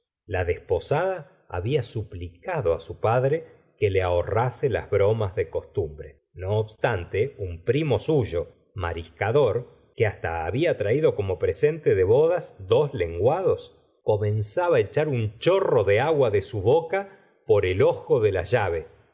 la desposada había suplicado á su padre que le ahorrase las bromas de costumbre no obstante un primo suyo mariscador que hasta habla traído como presente de bodas dos lenguados comenzaba á echar un chorro de agua de su boca por el ojo de lallave